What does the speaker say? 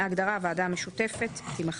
ההגדרה "הוועדה המשותפת" - תימחק,